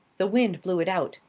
the wind blew it out.